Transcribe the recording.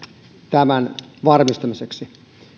tämän varmistamiseksi